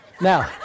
Now